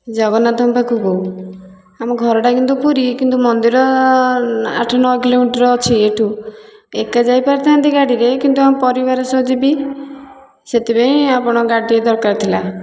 ଜଗନ୍ନାଥଙ୍କ ପାଖକୁ ଆମ ଘରଟା କିନ୍ତୁ ପୁରୀ କିନ୍ତୁ ମନ୍ଦିର ଆଠ ନଅ କିଲୋମିଟର୍ ଅଛି ଏଇଠୁ ଏକା ଯାଇ ପାରିଥାନ୍ତି ଗାଡ଼ିରେ କିନ୍ତୁ ଆମ ପରିବାର ସହ ଯିବି ସେଥିପାଇଁ ଆପଣଙ୍କ ଗାଡ଼ି ଟିକେ ଦରକାର ଥିଲା